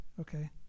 okay